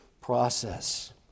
process